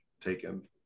Taken